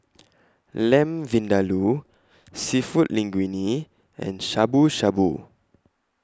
Lamb Vindaloo Seafood Linguine and Shabu Shabu